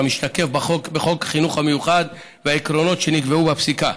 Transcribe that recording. המשתקף בחוק החינוך המיוחד והעקרונות שנקבעו בפסיקה.